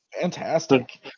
fantastic